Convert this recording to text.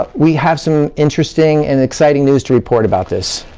but we have some interesting and exciting news to report about this.